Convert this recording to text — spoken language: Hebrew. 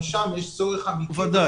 גם שם יש צורך אמיתי.